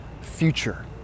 future